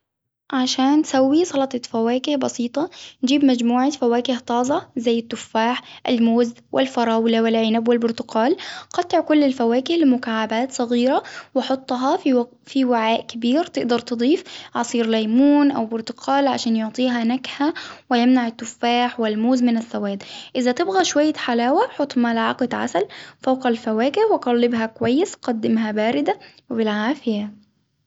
عشان سوي سلطة فواكه بسيطة، نجيب مجموعة فواكه طازة، زي التفاح، الموز ،والفراولة، والعنب، والبرتقال. قطع كل الفواكه لمكعبات صغيرة وحطها في -في وعاء كبير، تقدر تضيف عصير ليمون أو برتقال عشان يعطيها نكهة ويمنع التفاح والموز من السواد إذا تبغى شوية حلاوة حط ملعقة عسل فوق الفواكه وقلبها كويس، قدمها باردة وبالعافية.